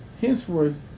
Henceforth